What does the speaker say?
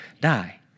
die